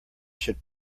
should